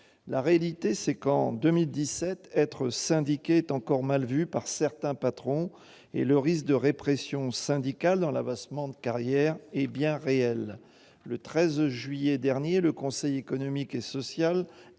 La réalité est qu'en 2017 être syndiqué est encore mal vu par certains patrons ; le risque de répression syndicale, s'agissant de l'avancement de carrière, est bien réel. Le 13 juillet dernier, le Conseil économique, social